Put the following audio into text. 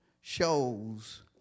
shows